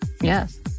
Yes